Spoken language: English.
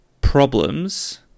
problems